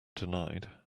denied